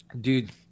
Dude